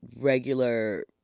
regular